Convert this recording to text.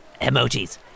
emojis